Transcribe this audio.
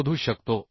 शोधू शकतो